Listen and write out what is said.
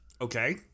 Okay